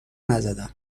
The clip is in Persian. نزدم